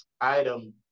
item